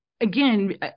again